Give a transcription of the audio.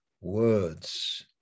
words